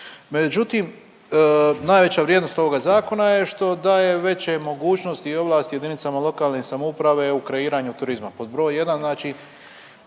Međutim, najveća vrijednost ovoga zakona je što daje veće mogućnosti i ovlasti jedinicama lokalne samouprave u kreiranju turizma. Pod broj 1.